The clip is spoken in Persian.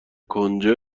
کنجد